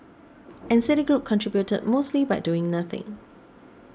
and Citigroup contributed mostly by doing nothing